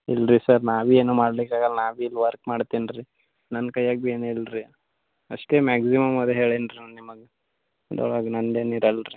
ಇಲ್ಲ ರೀ ಸರ್ ನಾವೇನೂ ಮಾಡ್ಲಿಕ್ಕೆ ಆಗೋಲ್ಲ ನಾವಿಲ್ಲಿ ವರ್ಕ್ ಮಾಡ್ತೀನಿ ರೀ ನನ್ನ ಕೈಯಾಗೂ ಏನೂ ಇಲ್ಲ ರೀ ಅಷ್ಟೇ ಮ್ಯಾಕ್ಸಿಮಮ್ ಅದು ಹೇಳೀನಿ ರೀ ನಾ ನಿಮಗೆ ಅದ್ರೊಳಗೆ ನಂದೇನೂ ಇರಲ್ಲ ರೀ